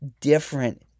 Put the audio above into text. different